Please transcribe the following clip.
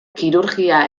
kirurgia